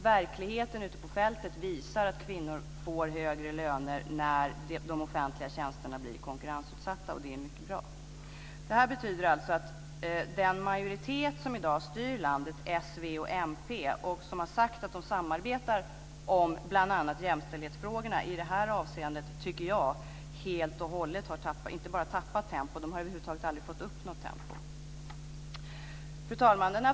Verkligheten ute på fältet visar att kvinnor får högre löner när de offentliga tjänsterna blir konkurrensutsatta, och det är mycket bra. Det här betyder alltså att den majoritet som i dag styr landet, s, v och mp, och som har sagt att de samarbetar om bl.a. jämställdhetsfrågorna, i det här avseendet enligt min uppfattning inte bara har tappat tempo utan över huvud taget aldrig har fått upp något tempo. Fru talman!